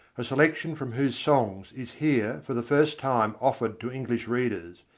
a selection from whose songs is here for the first time offered to english readers,